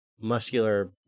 muscular